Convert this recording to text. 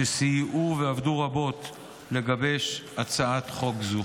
שסייעו ועבדו רבות לגבש הצעת חוק זו.